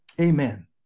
Amen